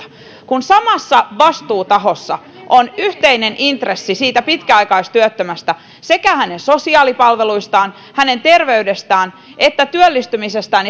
kun samassa vastuutahossa on yhteinen intressi siitä pitkäaikaistyöttömästä sekä hänen sosiaalipalveluistaan hänen terveydestään että työllistymisestään